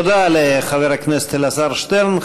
תודה לחבר הכנסת אלעזר שטרן.